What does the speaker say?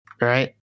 right